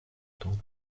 tant